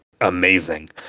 amazing